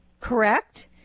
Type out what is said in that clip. correct